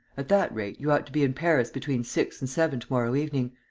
at that rate, you ought to be in paris between six and seven to-morrow evening.